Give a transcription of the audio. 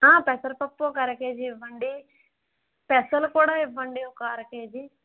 పెసరపప్పు ఒక అర కేజీ ఇవ్వండి పెసలు కూడా ఇవ్వండి ఒక అర కేజీ